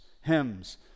hymns